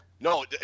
No